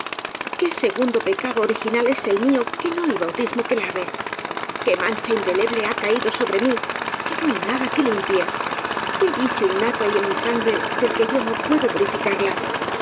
qué segundo pecado original es el mío que no hay bautismo que lave qué mancha indeleble ha caído sobre mí que no hay nada que limpie qué vicio innato hay en mi sangre del que yo no puedo purificarla